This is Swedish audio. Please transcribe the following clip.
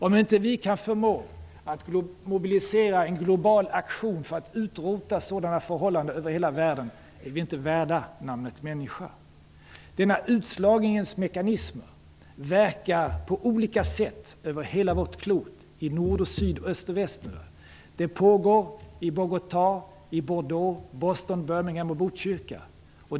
Om inte vi kan förmå att mobilisera en global aktion för att utrota sådana förhållanden över hela världen är vi inte värda namnet människa. Denna utslagningens mekanismer verkar på olika sätt över hela vårt klot - i nord och syd och i öst och väst. De pågår i Bogotà, Bordeaux, Boston, Birmingham och Botkyrka.